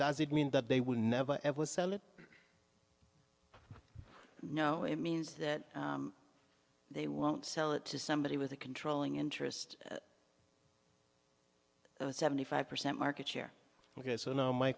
does it mean that they will never ever sell it no it means that they won't sell it to somebody with a controlling interest seventy five percent market share ok so now my